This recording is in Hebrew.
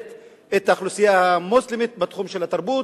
את האוכלוסייה המוסלמית בתחום של התרבות,